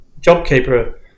JobKeeper